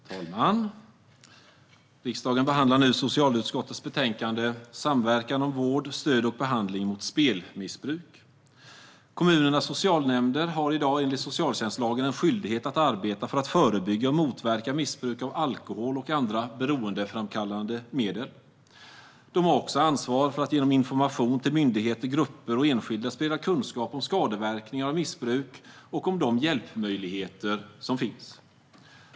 Fru talman! Riksdagen ska nu behandla socialutskottets betänkande Samverkan om vård, stöd och behandling mot spelmissbruk . Kommunernas socialnämnder har i dag enligt socialtjänstlagen en skyldighet att arbeta för att förebygga och motverka missbruk av alkohol och andra beroendeframkallande medel. De har också ansvar för att genom information till myndigheter, grupper och enskilda sprida kunskap om skadeverkningar av missbruk och om de hjälpmöjligheter som finns.